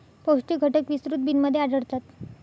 पौष्टिक घटक विस्तृत बिनमध्ये आढळतात